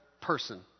person